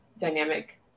dynamic